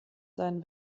sein